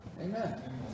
Amen